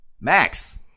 Max